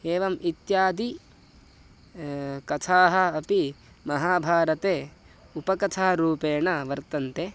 एवम् इत्यादयः कथाः अपि महाभारते उपकथा रूपेण वर्तन्ते